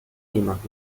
niemand